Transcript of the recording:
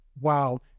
wow